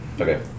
Okay